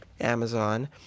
Amazon